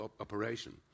operation